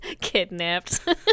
Kidnapped